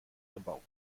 gebaut